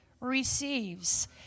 receives